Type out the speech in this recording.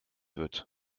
wird